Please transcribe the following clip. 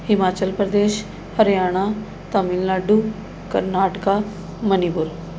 Himachal Pradesh Haryana Tamil Nadu Karnataka Manipur